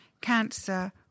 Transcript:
cancer